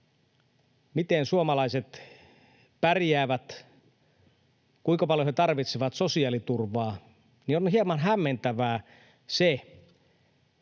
miten suomalaiset pärjäävät, kuinka paljon he tarvitsevat sosiaaliturvaa, niin on hieman hämmentävää se,